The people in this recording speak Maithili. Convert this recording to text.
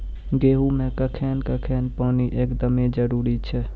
गेहूँ मे कखेन कखेन पानी एकदमें जरुरी छैय?